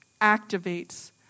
activates